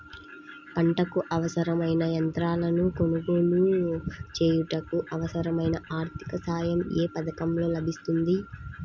పంటకు అవసరమైన యంత్రాలను కొనగోలు చేయుటకు, అవసరమైన ఆర్థిక సాయం యే పథకంలో లభిస్తుంది?